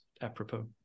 apropos